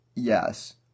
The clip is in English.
Yes